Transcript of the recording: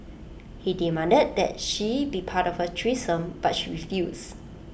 he demanded that she be part of A threesome but she refused